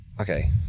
Okay